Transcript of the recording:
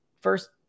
first